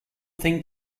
thing